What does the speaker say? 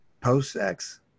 post-sex